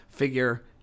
figure